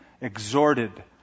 exhorted